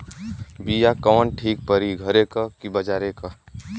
बिया कवन ठीक परी घरे क की बजारे क?